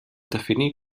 definir